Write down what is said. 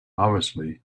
obviously